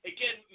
Again